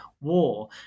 war